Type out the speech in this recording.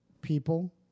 people